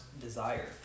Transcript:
desire